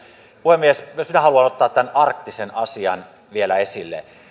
puhemies myös minä haluan ottaa tämän arktiksen asian vielä esille